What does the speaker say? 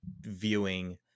viewing